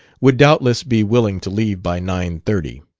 would doubtless be willing to leave by nine-thirty.